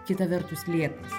kita vertus lėtas